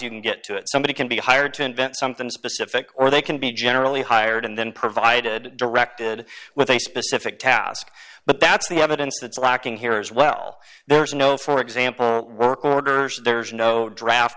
you can get to it somebody can be hired to invent something specific or they can be generally hired and then provided directed with a specific task but that's the evidence that's lacking here is well there's no for example work orders there's no draft